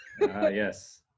yes